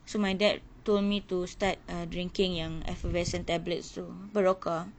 so my dad told me to start err drinking yang effervescent tablets tu barakah